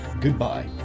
goodbye